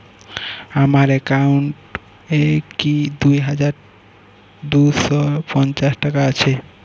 আমার অ্যাকাউন্ট এ কি দুই হাজার দুই শ পঞ্চাশ টাকা আছে?